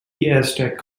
aztec